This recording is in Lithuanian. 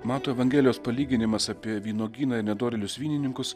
mato evangelijos palyginimas apie vynuogyną ir nedorėlius vynininkus